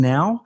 Now